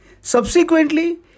Subsequently